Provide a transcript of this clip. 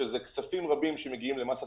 שאלו כספים רבים שמגיעים למס הכנסה,